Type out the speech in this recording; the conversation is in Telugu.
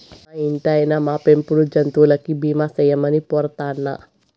మా ఇంటాయినా, మా పెంపుడు జంతువులకి బీమా సేయమని పోరతన్నా